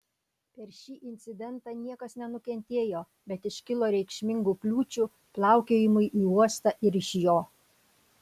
per šį incidentą niekas nenukentėjo bet iškilo reikšmingų kliūčių plaukiojimui į uostą ir iš jo